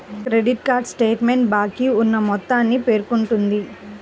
credit card statement బాకీ ఉన్న మొత్తాన్ని పేర్కొంటుంది